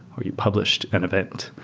or you published an event.